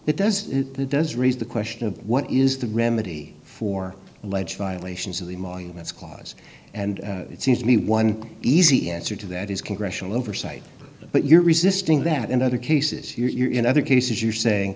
it does it does raise the question of what is the remedy for alleged violations of the monuments clause and it seems to me one easy answer to that is congressional oversight but you're resisting that in other cases you're in other cases you're saying